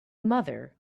mother